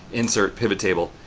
insert pivot table,